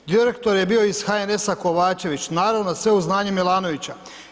Direktor je bio iz HNS-a Kovačević, naravno, sve uz znanje Milanović.